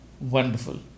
wonderful